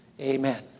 amen